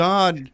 God